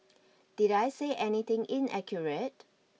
did I say anything inaccurate